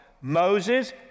Moses